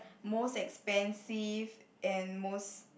most expensive and most